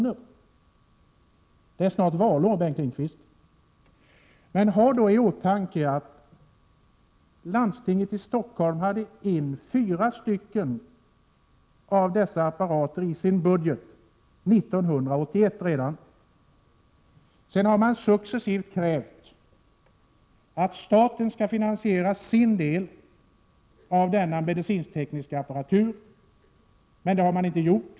Det är snart valår, Bengt Lindqvist. Men ha då i åtanke att landstinget i Stockholm hade fyra av dessa apparater i sin budget redan år 1981. Sedan har man successivt krävt att staten skall finansiera sin del av denna medicinsktekniska apparatur, men det har inte staten gjort.